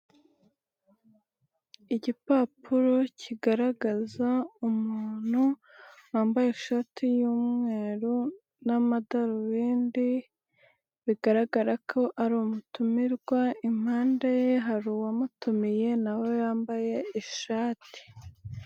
Igipapuro kigaragaza umuntu wambaye ishati y'umweru n'amadarubindi, bigaragara ko ari umutumirwa impande ye hari uwamutumiye nawe we yambaye ishati.